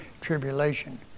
tribulation